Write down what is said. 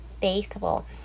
faithful